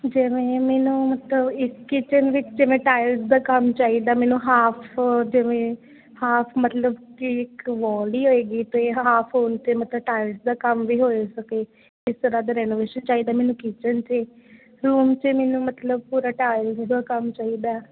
ਜਿਵੇਂ ਮੈਨੂੰ ਮਤਲਬ ਇੱਕ ਕਿਚਨ ਵਿੱਚ ਜਿਵੇਂ ਟਾਇਲਸ ਦਾ ਕੰਮ ਚਾਹੀਦਾ ਮੈਨੂੰ ਹਾਫ ਜਿਵੇਂ ਹਾਫ ਮਤਲਬ ਕਿ ਇੱਕ ਵਾਰਡ ਹੀ ਹੋਏਗੀ ਅਤੇ ਹਾਲਫ ਉਹ ਅਤੇ ਮਤਲਬ ਟਾਇਲਸ ਦਾ ਕੰਮ ਵੀ ਹੋ ਸਕੇ ਜਿਸ ਤਰ੍ਹਾਂ ਦੇ ਰੈਨੋਵੇਸ਼ਨ ਚਾਹੀਦਾ ਮੈਨੂੰ ਕਿਚਨ 'ਚ ਰੂਮ 'ਚ ਮਤਲਬ ਪੂਰਾ ਟਾਇਲਸ ਦਾ ਕੰਮ ਚਾਹੀਦਾ